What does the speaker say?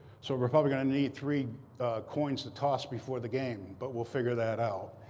so we're probably going to need three coins to toss before the game. but we'll figure that out.